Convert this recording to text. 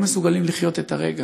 לא מסוגלים לחיות את הרגע.